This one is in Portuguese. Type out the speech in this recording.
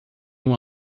uma